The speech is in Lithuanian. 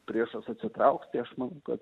priešas atsitrauks tai aš manau kad